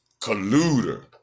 colluder